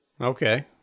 okay